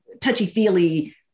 touchy-feely